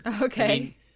Okay